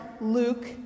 Luke